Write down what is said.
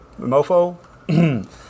mofo